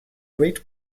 great